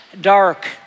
dark